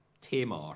Tamar